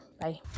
Bye